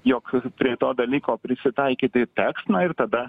jog prie to dalyko prisitaikyti teks na ir tada